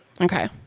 Okay